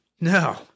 No